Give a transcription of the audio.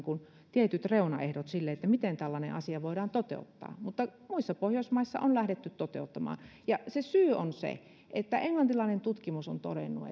tietyt reunaehdot sille miten tällainen asia voidaan toteuttaa mutta muissa pohjoismaissa tätä on lähdetty toteuttamaan ja syy on se että englantilainen tutkimus on todennut